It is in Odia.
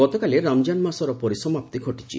ଗତକାଲି ରମ୍କାନ ମାସର ପରିସମାପ୍ତି ଘଟିଛି